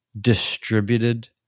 distributed